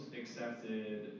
accepted